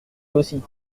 aussi